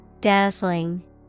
Dazzling